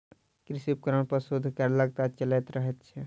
कृषि उपकरण पर शोध कार्य लगातार चलैत रहैत छै